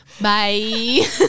Bye